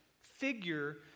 figure